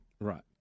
right